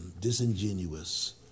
disingenuous